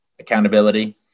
Accountability